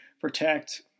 protect